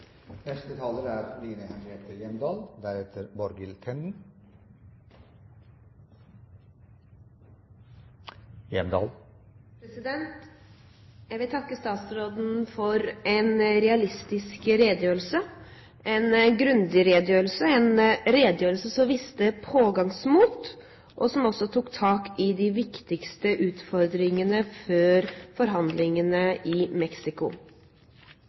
Jeg vil takke statsråden for en realistisk redegjørelse, en grundig redegjørelse, en redegjørelse som viste pågangsmot, og som også tok tak i de viktigste utfordringene før forhandlingene i